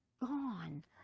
gone